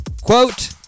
Quote